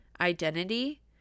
identity